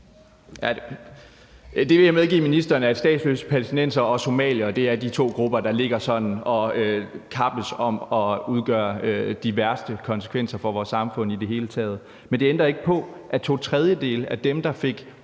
Jeg vil medgive ministeren, at statsløse palæstinensere og somaliere er de to grupper, der ligger og kappes om at medføre de værste konsekvenser for vores samfund i det hele taget. Men det ændrer ikke på, at to tredjedele af dem, der fik